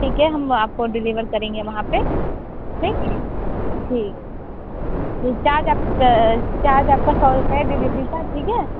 ठीक है हम आपको डिलेवर करेंगे वहाँ पर ठीक ठीक चार्ज आप चार्ज आपका सौ रुपए है डिलेवरी का ठीक है